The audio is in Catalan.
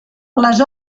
les